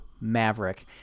Maverick